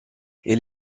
elle